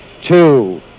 two